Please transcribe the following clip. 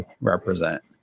represent